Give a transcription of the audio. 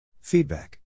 Feedback